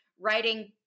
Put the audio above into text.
writing